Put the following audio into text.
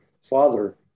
father